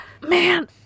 Man